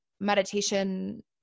meditation